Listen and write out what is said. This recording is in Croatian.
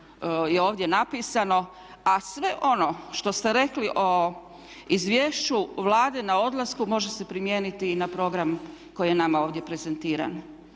je ovdje napisano, a sve ono što ste rekli o izvješću Vlade na odlasku može se primijeniti i na program koji je nama ovdje prezentiran.